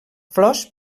flors